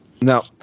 now